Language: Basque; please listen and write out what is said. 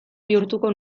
bihurtuko